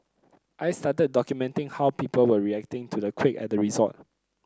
I started documenting how people were reacting to the quake at the resort